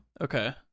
Okay